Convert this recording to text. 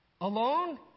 alone